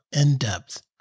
in-depth